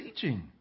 teaching